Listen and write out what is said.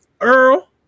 earl